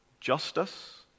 justice